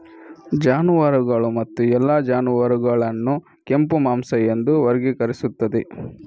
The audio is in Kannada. ಜಾನುವಾರುಗಳು ಮತ್ತು ಎಲ್ಲಾ ಜಾನುವಾರುಗಳನ್ನು ಕೆಂಪು ಮಾಂಸ ಎಂದು ವರ್ಗೀಕರಿಸುತ್ತದೆ